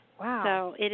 Wow